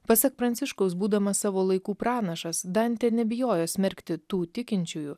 pasak pranciškaus būdamas savo laikų pranašas dantė nebijojo smerkti tų tikinčiųjų